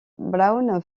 brown